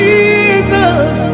Jesus